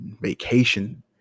Vacation